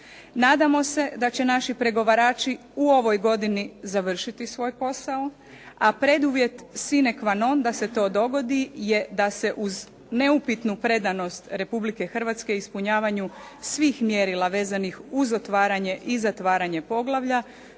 nadamo se da će naši pregovarači u ovoj godini završiti svoj posao, a preduvjet sine qua non da se to dogodi je da se uz neupitnu predanost Republike Hrvatske ispunjavanju svih mjerila vezanih uz otvaranje i zatvaranje poglavlja,